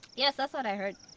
yes, that's what i heard,